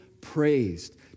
praised